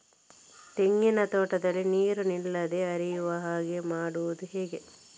ತೆಂಗಿನ ತೋಟದಲ್ಲಿ ನೀರು ನಿಲ್ಲದೆ ಹರಿಯುವ ಹಾಗೆ ಮಾಡುವುದು ಹೇಗೆ?